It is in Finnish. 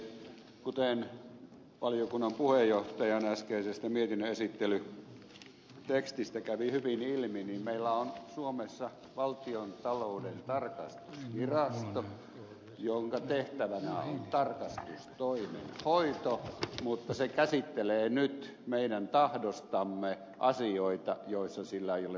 kuten valiokunnan puheenjohtajan äskeisestä mietinnön esittelytekstistä kävi hyvin ilmi meillä on suomessa valtiontalouden tarkastusvirasto jonka tehtävänä on tarkastustoimen hoito mutta se käsittelee nyt meidän tahdostamme asioita joissa sillä ei ole tarkastusoikeutta